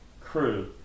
crew